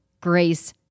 grace